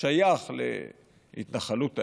שייך להתנחלות האם.